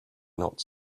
not